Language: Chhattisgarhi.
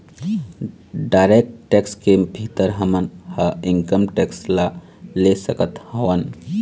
डायरेक्ट टेक्स के भीतर हमन ह इनकम टेक्स ल ले सकत हवँन